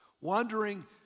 wandering